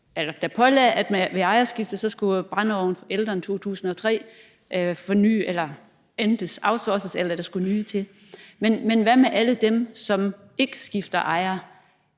der pålagde, at ved ejerskifte skulle brændeovne, der var ældre end fra 2003, enten outsources, eller der skulle nye til. Men hvad med alle dem, som ikke skifter ejer?